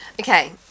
Okay